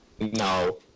No